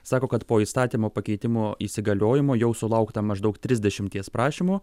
sako kad po įstatymo pakeitimo įsigaliojimo jau sulaukta maždaug trisdešimties prašymų